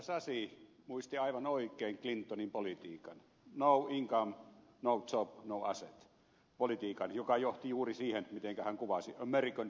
sasi muisti aivan oikein clintonin politiikan no inc me no job no asset politiikan joka johti juuri siihen mitä hän kuvasi american dream ohjelmalla